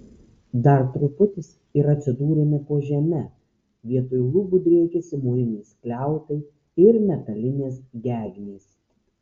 dar truputis ir atsidūrėme po žeme vietoj lubų driekėsi mūriniai skliautai ir metalinės gegnės